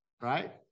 right